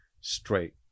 straight